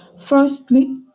Firstly